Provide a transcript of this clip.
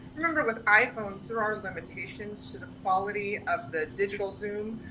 remember with iphone, so there are limitations to the quality of the digital zoom.